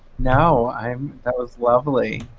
no i'm that was lovely.